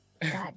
god